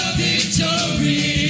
victory